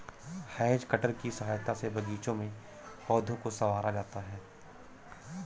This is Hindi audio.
हैज कटर की सहायता से बागीचों में पौधों को सँवारा जाता है